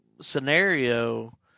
scenario